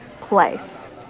place